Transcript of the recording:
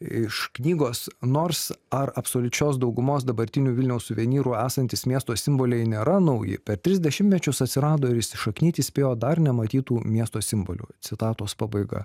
iš knygos nors ar absoliučios daugumos dabartinių vilniaus suvenyrų esantys miesto simboliai nėra nauji per tris dešimtmečius atsirado ir įsišaknyti spėjo dar nematytų miesto simbolių citatos pabaiga